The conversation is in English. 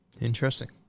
Interesting